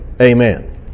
amen